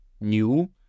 new